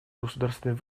государствами